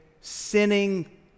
sinning